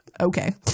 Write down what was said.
Okay